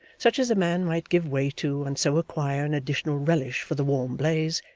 such as a man might give way to and so acquire an additional relish for the warm blaze,